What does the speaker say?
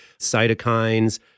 cytokines